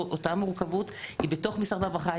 אותה מורכבות היא בתוך משרד הרווחה,